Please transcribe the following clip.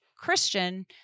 Christian